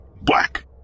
black